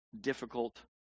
difficult